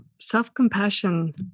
Self-compassion